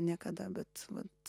niekada bet vat